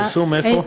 פרסום איפה?